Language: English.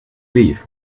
live